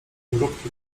grupki